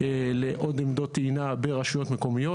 לעוד עמדות טעינה ברשויות מקומיות.